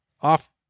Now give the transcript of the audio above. off